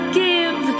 give